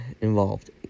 involved